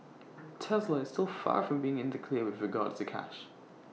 Tesla is still far from being in the clear with regards to cash